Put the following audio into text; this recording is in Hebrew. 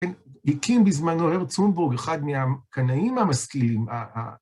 כן, הקים בזמן אוהר צומבורג, אחד מהקנאים המשכילים.